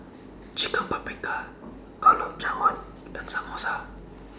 Chicken Paprikas Gulab Jamun and Samosa